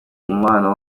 umubano